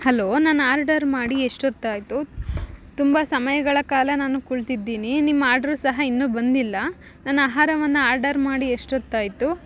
hello ನಾನು order ಮಾಡಿ ಎಷ್ಟೊತ್ತಾಯಿತು ತುಂಬ ಸಮಯಗಳ ಕಾಲ ನಾನು ಕುಳಿತಿದ್ದಿನಿ ನಿಮ್ಮ ಆರ್ಡ್ರು ಸಹ ಇನ್ನು ಬಂದಿಲ್ಲ ನನ್ನ ಆಹಾರವನ್ನು ಆರ್ಡರ್ ಮಾಡಿ ಎಷ್ಟೊತ್ತಾಯಿತು